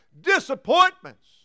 disappointments